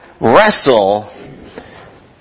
wrestle